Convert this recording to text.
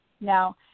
Now